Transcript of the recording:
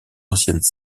anciennes